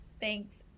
Thanks